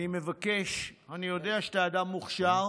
אני מבקש, אני יודע שאתה אדם מוכשר,